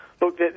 Look